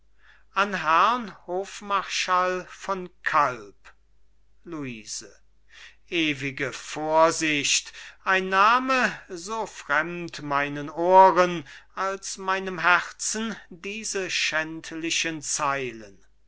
an herrn hofmarschall von kalb luise ewige vorsicht ein name so fremd meinen ohren als meinem herzen diese schändlichen zeilen